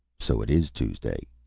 so it is tuesday,